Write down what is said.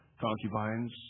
Concubines